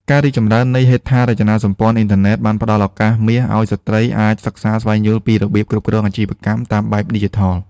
ការរីកចម្រើននៃហេដ្ឋារចនាសម្ព័ន្ធអ៊ីនធឺណិតបានផ្ដល់ឱកាសមាសឱ្យស្ត្រីអាចសិក្សាស្វែងយល់ពីរបៀបគ្រប់គ្រងអាជីវកម្មតាមបែបឌីជីថល។